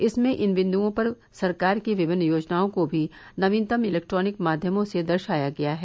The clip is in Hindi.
इसमें इन बिन्द्रओं पर सरकार की विभिन्न योजनाओं को भी नवीनतम इलेक्टानिक माध्यमों से दर्शाया गया है